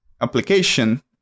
application